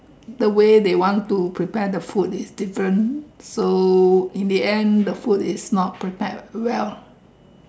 the way they want to prepare the food is different so in the end the food is not prepared well